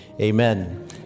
amen